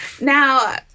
now